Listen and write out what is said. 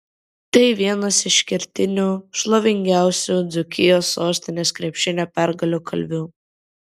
tai vienas iš kertinių šlovingiausių dzūkijos sostinės krepšinio pergalių kalvių